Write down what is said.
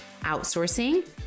outsourcing